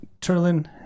Turlin